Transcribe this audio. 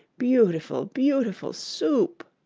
beautiful, beautiful soup!